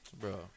Bro